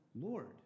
Lord